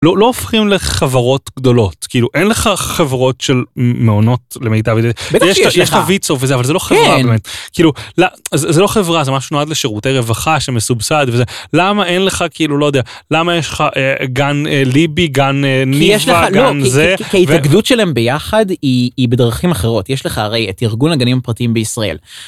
לא הופכים לחברות גדולות כאילו אין לך חברות של מעונות למיטב ידיעתי ויש לך ויצא וזה אבל זה לא חברה כאילו זה לא חברה זה משהו נועד לשירותי רווחה שמסובסד וזה למה אין לך כאילו לא יודע למה יש לך גן ליבי גן ניבה גן זה. ההתאגדות שלהם ביחד היא בדרכים אחרות יש לך הרי את ארגון הגנים פרטיים בישראל.